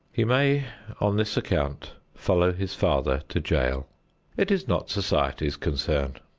he may on this account follow his father to jail it is not society's concern.